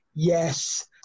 Yes